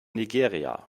nigeria